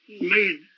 made